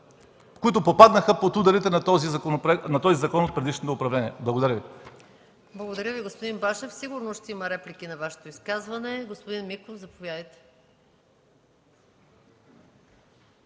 които попаднаха под ударите на този закон в предишното управление. Благодаря. ПРЕДСЕДАТЕЛ МАЯ МАНОЛОВА: Благодаря Ви, господин Башев. Сигурно ще има реплики на Вашето изказване. Господин Миков, заповядайте.